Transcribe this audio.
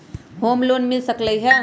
Home loan मिल सकलइ ह?